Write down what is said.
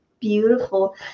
Beautiful